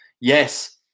Yes